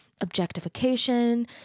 objectification